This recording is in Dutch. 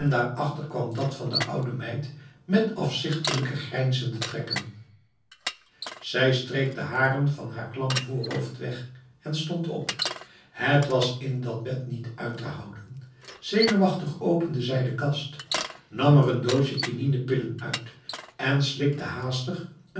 daarachter kwam dat van de oude meid met afzichtelijke grijnzende trekken zij streek de haren van haar klam voorhoofd weg en stond op het was in dat bed niet uit te houden zenuwachtig opende zij de kast nam er een doosje quininepillen uit en slikte haastig